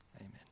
Amen